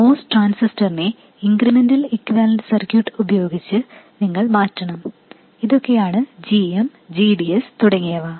MOS ട്രാൻസിസ്റ്ററിനെ incremental equivalent circuit ഉപയോഗിച്ച് നിങ്ങൾ മാറ്റണം അതൊക്കെയാണ് gm gds തുടങ്ങിയവ